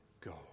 go